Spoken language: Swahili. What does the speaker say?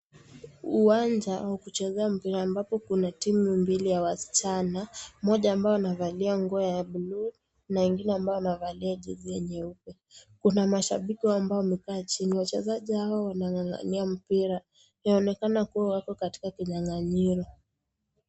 Uwanja wa kuchezea mpira ambapo kuna timu mbili ya wasichana. Moja ambao wanavalia nguo blue na ingine ambao wanavalia jezi ya nyeupe. Kuna mashabiki ambao wamekaa chini. Wachezaji hawa wanang'ang'ania mpira, inaonekana kuwa wako katika kinyang'anyiro.